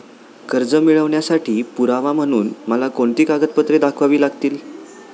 कर्ज मिळवण्यासाठी पुरावा म्हणून मला कोणती कागदपत्रे दाखवावी लागतील?